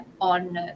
on